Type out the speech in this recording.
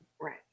Right